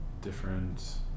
different